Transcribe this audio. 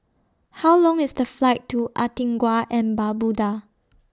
How Long IS The Flight to Antigua and Barbuda